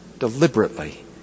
Deliberately